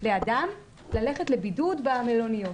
לאדם ללכת לבידוד במלוניות.